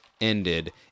ended